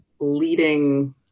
leading